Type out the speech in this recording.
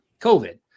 covid